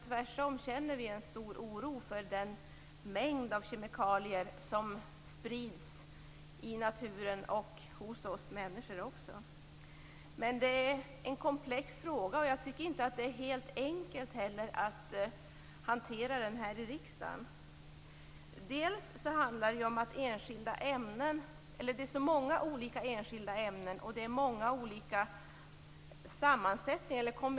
Tvärtom känner vi en stor oro för den mängd av kemikalier som sprids i naturen och även hos oss människor. Jag tycker inte heller att det är helt enkelt att hantera denna fråga här i riksdagen. Det finns väldigt många olika enskilda ämnen och kombinationer av dem.